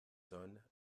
zone